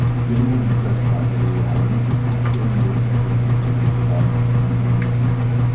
during my research for that video, i noticed absolutely no consistency with regards to dating notation.